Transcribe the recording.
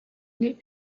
ngeih